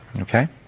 okay